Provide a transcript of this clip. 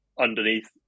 underneath